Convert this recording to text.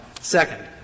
Second